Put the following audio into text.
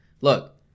Look